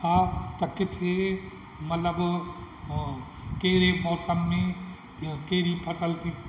आहे त किथे मतिलबु कहिड़े मौसम में इहो कहिड़ी फ़सुलु थी थिए